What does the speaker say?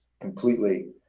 completely